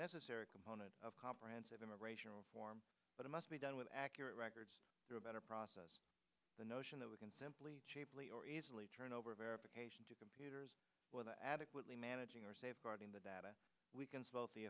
necessary component of comprehensive immigration reform but it must be done with accurate records about a process the notion that we can simply cheaply or easily turn over verification to computers adequately managing or safeguarding the data we consult the